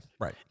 right